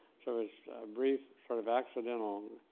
so it was a brief sort of accidental,